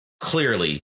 clearly